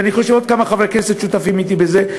ואני חושב שעוד כמה חברי כנסת שותפים אתי בזה,